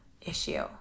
issue